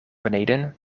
beneden